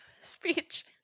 speech